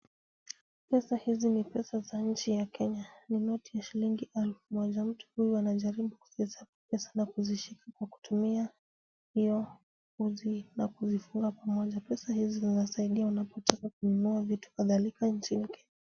Pesa hizi ni pesa za nchi ya Kenya. Ni noti ya shilingi elfu moja. Mtu huyu anajaribu kuzihesabu pesa na kuzishika kwa kutumia hiyo uzi na kuzifunga pamoja. Pesa hizi zinasaidia unapotaka kununua vitu kadhalika nchini Kenya.